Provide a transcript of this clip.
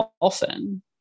often